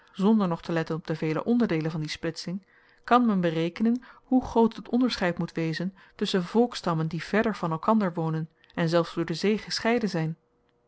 zonder nog te letten op de vele onderdeelen van die splitsing kan men berekenen hoe groot het onderscheid moet wezen tusschen volkstammen die verder van elkander wonen en zelfs door de zee gescheiden zyn